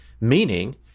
meaning